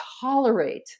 tolerate